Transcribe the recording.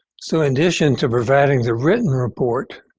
so in addition to providing the written report,